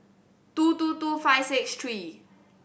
two two two five six three